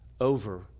over